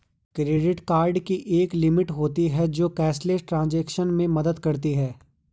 credit card की एक limit होती है जो कैशलेस ट्रांज़ैक्शन में मदद करती है